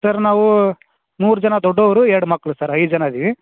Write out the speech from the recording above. sir ನಾವು ಮೂರು ಜನ ದೊಡ್ಡವರು ಎರಡು ಮಕ್ಕಳು ಸರ್ ಐದು ಜನ ಅದೀವಿ